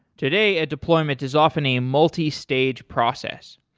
today a deployment is often a multistage process.